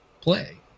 play